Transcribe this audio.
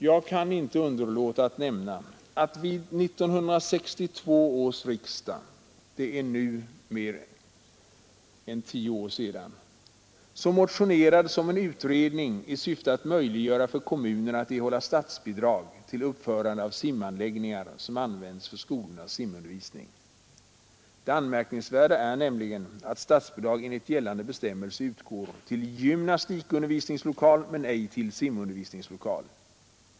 Jag kan inte underlåta att nämna att till 1962 års riksdag motionerades om en utredning i syfte att möjliggöra för kommunerna att erhålla statsbidrag för uppförande av simanläggningar, vilka skulle användas i skolornas simundervisning. Det anmärkningsvärda är nämligen att statsbidrag enligt gällande bestämmelser utgår till gymnastikundervisningslokal men ej till simundervisningslokal.